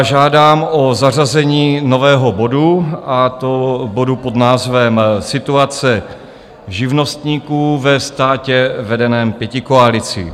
Žádám o zařazení nového bodu, a to bodu pod názvem Situace živnostníků ve státě vedeném pětikoalicí.